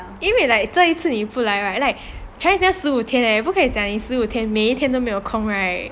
因为 like 这一次你不来 right like chinese new year 十五天 leh 不可以讲你十五天每一天都没有空 right